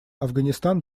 афганистан